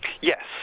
Yes